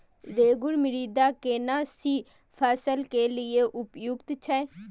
रेगुर मृदा केना सी फसल के लिये उपयुक्त छै?